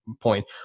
point